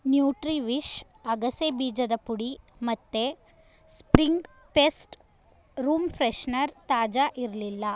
Nutriwish ಅಗಸೆ ಬೀಜದ ಪುಡಿ ಮತ್ತೆ ಸ್ಪ್ರಿಂಗ್ ಫೆಸ್ಟ್ ರೂಮ್ ಫ್ರೆಷೆನೇರ್ ತಾಜಾ ಇರಲಿಲ್ಲ